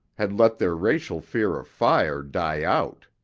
had let their racial fear of fire die out.